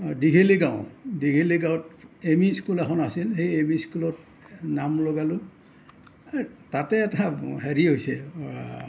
দীঘেলী গাঁ ও দীঘেলী গাঁৱত এম ই স্কুল এখন আছিল সেই এম ই স্কুলত নাম লগালোঁ তাতে এটা হেৰি হৈছে